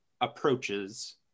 approaches